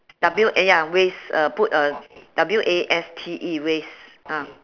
W A ya waste uh put a W A S T E waste ah